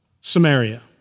Samaria